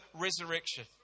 resurrection